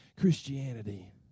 christianity